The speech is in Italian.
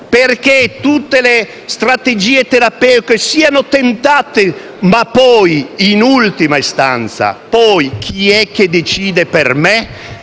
perché tutte le strategie terapeutiche siano tentate; ma poi, in ultima istanza, chi è che decide per me?